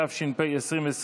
התש"ף 2020,